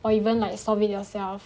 or even like solve it yourself